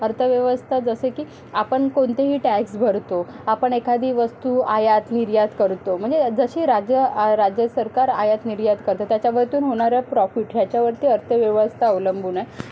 अर्थव्यवस्था जसं की आपण कोणतेही टॅक्स भरतो आपण एखादी वस्तू आयात निर्यात करतो म्हणजे जसे राज्य राज्यसरकार आयात निर्यात करते त्याच्यावरतून होणारा प्रॉफिट ह्याच्यावरती अर्थव्यवस्था अवलंबून आहे